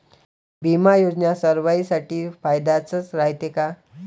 बिमा योजना सर्वाईसाठी फायद्याचं रायते का?